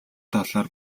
талаар